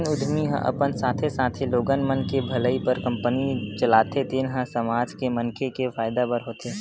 जेन उद्यमी ह अपन साथे साथे लोगन मन के भलई बर कंपनी चलाथे तेन ह समाज के मनखे के फायदा बर होथे